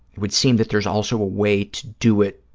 it would seem that there's also a way to do it,